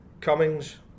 Cummings